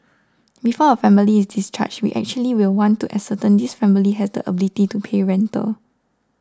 before a family is discharged we actually will want to ascertain this family has the ability to pay rental